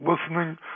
listening